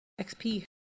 XP